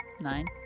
nine